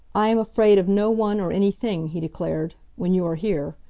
i am afraid of no one or anything, he declared, when you are here!